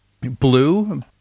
Blue